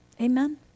Amen